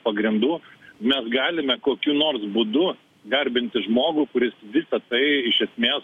pagrindų mes galime kokiu nors būdu garbinti žmogų kuris visa tai iš esmės